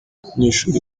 abanyeshuli